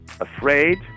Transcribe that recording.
afraid